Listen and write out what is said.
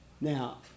Now